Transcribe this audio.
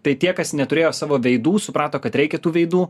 tai tie kas neturėjo savo veidų suprato kad reikia tų veidų